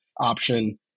option